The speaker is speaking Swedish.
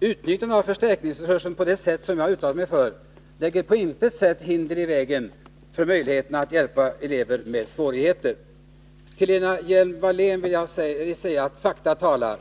Utnyttjandet av förstärkningsresursen på det sätt som jag uttalade mig för lägger på intet sätt hinder i vägen för möjligheterna att hjälpa elever med svårigheter. Till Lena Hjelm-Wallén vill jag sedan säga att fakta talar.